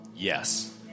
Yes